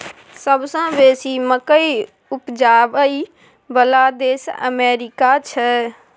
सबसे बेसी मकइ उपजाबइ बला देश अमेरिका छै